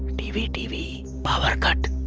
tv. tv. power cut.